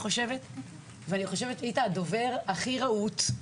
והיית הדובר הכי רהוט,